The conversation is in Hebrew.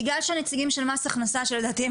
בגלל שהנציגים של מס הכנסה שלדעתי הם